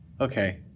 Okay